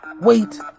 wait